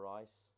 Rice